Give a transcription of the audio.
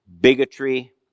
bigotry